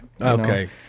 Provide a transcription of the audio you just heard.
Okay